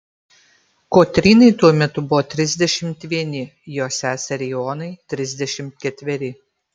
kotrynai tuo metu buvo trisdešimt vieni jos seseriai onai trisdešimt ketveri